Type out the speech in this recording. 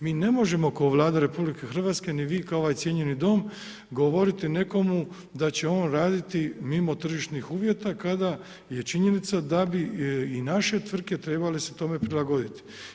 Mi ne možemo kao Vlada RH ni vi kao ovaj cijenjeni Dom govoriti nekomu da će on raditi mimo tržišnih uvjeta kada je činjenica da bi i naše tvrtke trebale se tome prilagoditi.